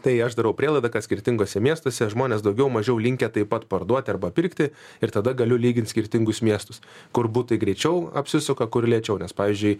tai aš darau prielaidą kad skirtinguose miestuose žmonės daugiau mažiau linkę taip pat parduoti arba pirkti ir tada galiu lygint skirtingus miestus kur butai greičiau apsisuka kur lėčiau nes pavyzdžiui